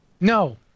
No